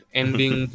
ending